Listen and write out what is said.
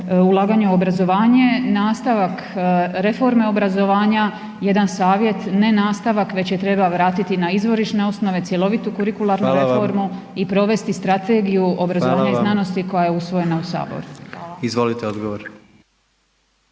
ulaganje u obrazovanje, nastavak reforme obrazovanja, jedan savjet, ne nastavak već je treba vratiti na izvorišne osnove, cjelovitu kurikularnu .../Upadica: Hvala vam./... reformu i provesti strategiju obrazovanja i znanosti .../Upadica: Hvala vam./...